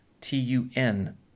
t-u-n